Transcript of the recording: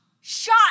shot